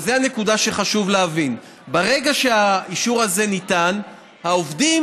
וזו הנקודה שחשוב להבין: ברגע שהאישור הזה ניתן העובדים